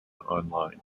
online